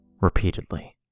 repeatedly